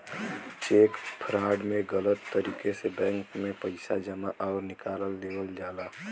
check fraud में गलत तरीके से बैंक में पैसा जमा आउर निकाल लेवल जाला